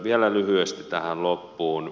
vielä lyhyesti tähän loppuun